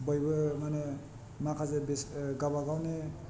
बयबो मानि माखासे बिस ओह लोगोसे गावबावनि